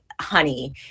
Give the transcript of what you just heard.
honey